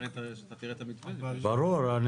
כדאי